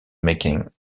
making